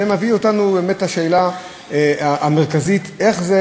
זה מביא אותנו באמת לשאלה המרכזית: איך זה